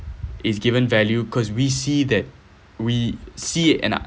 is given value because we see that we see in a